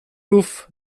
rów